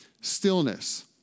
stillness